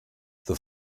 the